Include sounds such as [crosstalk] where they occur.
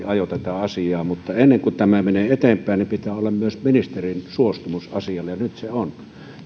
[unintelligible] ajoi tätä asiaa mutta ennen kuin tämä menee eteenpäin niin pitää olla myös ministerin suostumus asialle ja nyt se on ja